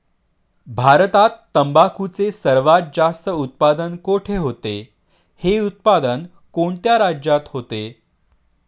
भारतात तंबाखूचे सर्वात जास्त उत्पादन कोठे होते? हे उत्पादन कोणत्या राज्यात होते?